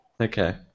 Okay